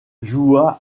joua